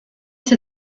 sie